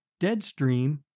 Deadstream